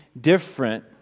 different